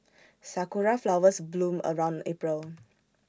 Sakura Flowers bloom around April